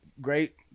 great